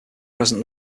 present